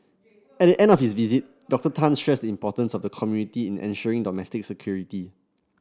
at the end of his visit Doctor Tan stressed the importance of the community in ensuring domestic security